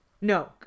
no